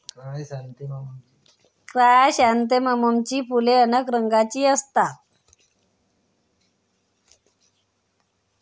क्रायसॅन्थेममची फुले अनेक रंगांची असतात